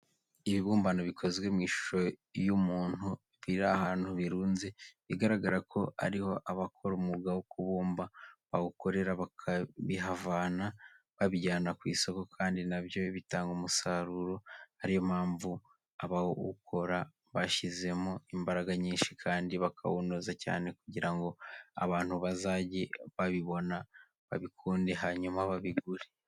Ibibumbano bikoze mu ishusho y'umuntu biri ahantu birunze, bigaragara ko ariho abakora umwuga wo kubumba bawukorera bakabihavana babijyana ku isoko kandi na byo bitanga umusaruro, ari yo mpamvu abawokora bashyizemo imbaraga nyinshi kandi bakawunoza cyane kugira ngo abantu bazajye babibona babikunde hanyuma babigure.